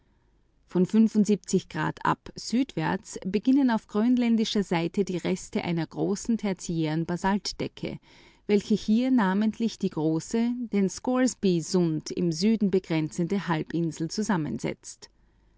von grad ab südwärts beginnen auf grönländischer seite die reste einer großen tertiären basaltdecke welche hier namentlich die große den scoresbysund im süden begrenzende halbinsel zusammensetzt